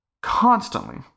constantly